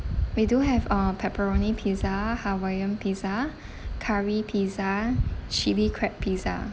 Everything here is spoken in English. we do have uh pepperoni pizza hawaiian pizza curry pizza chilli crab pizza